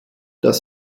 das